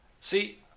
See